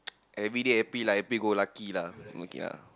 everyday happy lah happy go lucky lah okay lah